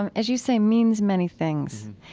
and as you say, means many things.